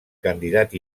candidat